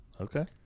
okay